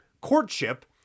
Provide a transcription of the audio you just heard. courtship